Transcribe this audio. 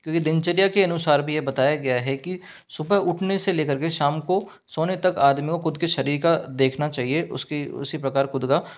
क्योंकि दिनचर्या के अनुसार भी ये बताया गया है कि सुबह उठने से लेकर के शाम को सोने तक आदमी को खुद के शरीर का देखना चाहिए उसकी उसी प्रकार खुद का